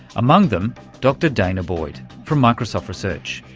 among them dr dana boyd from microsoft research.